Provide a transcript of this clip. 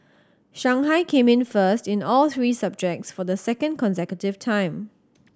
Shanghai came in first in all three subjects for the second consecutive time